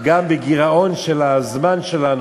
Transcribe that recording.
גם בגירעון של הזמן שלנו.